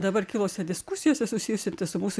dabar kilusi diskusijose susijusi su mūsų